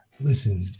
Listen